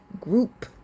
group